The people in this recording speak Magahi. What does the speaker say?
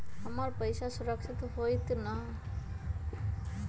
हमर पईसा सुरक्षित होतई न?